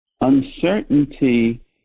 Uncertainty